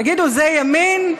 תגידו, זה ימין?